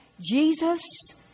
Jesus